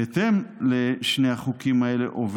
בהתאם לשני החוקים האלה,